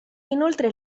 inoltre